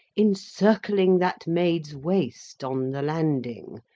encircling that maid's waist on the landing,